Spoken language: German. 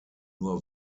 nur